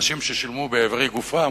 אנשים ששילמו באיברי גופם